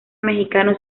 mexicano